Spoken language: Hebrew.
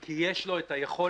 כי יש לה את היכולת